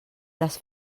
les